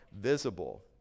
visible